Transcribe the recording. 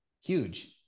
huge